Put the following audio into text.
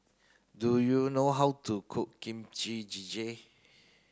do you know how to cook Kimchi Jjigae